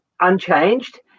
unchanged